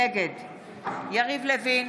נגד יריב לוין,